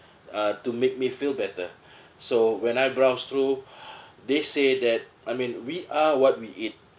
uh to make me feel better so when I browsed through they say that I mean we are what we eat